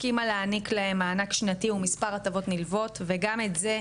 הסכימה להעניק להם מענק שנתי ומספר הטבות נלוות וגם את זה,